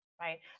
right